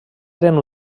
eren